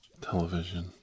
television